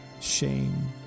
shame